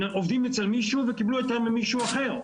הם עובדים אצל מישהו והם קיבלו היתר ממישהו אחר,